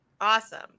Awesome